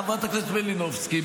חברת הכנסת מלינובסקי,